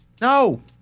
No